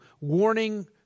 warning